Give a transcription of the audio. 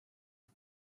энэ